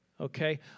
Okay